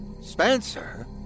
Spencer